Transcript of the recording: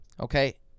okay